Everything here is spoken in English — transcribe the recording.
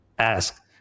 ask